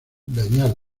dañar